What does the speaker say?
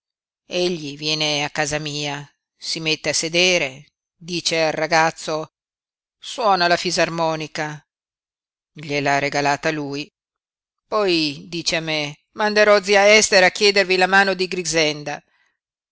egli viene a casa mia si mette a sedere dice al ragazzo suona la fisarmonica gliel'ha regalata lui poi dice a me manderò zia ester a chiedervi la mano di grixenda ma